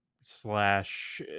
slash